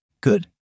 Good